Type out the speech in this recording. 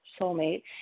soulmate